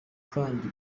kandi